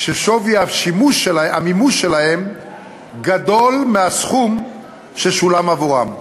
כששווי המימוש שלהם גדול מהסכום ששולם עבורם.